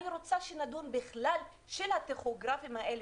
אני רוצה שנדון בכלל בטכוגרפים האלה